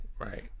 Right